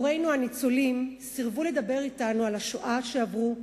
הורינו הניצולים סירבו לדבר אתנו על השואה שעברו,